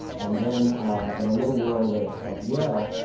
and then in the little world of of yale,